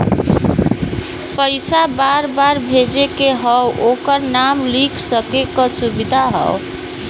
पइसा बार बार भेजे के हौ ओकर नाम लिख सके क सुविधा हौ